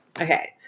okay